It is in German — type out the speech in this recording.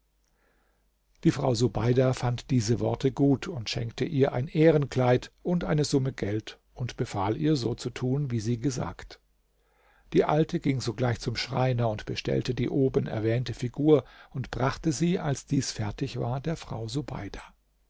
die frau subeida fand diese worte gut schenkte ihr ein ehrenkleid und eine summe geld und befahl ihr so zu tun wie sie gesagt die alte ging sogleich zum schreiner und bestellte die oben erwähnte figur und brachte sie als dies fertig war der frau